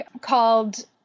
called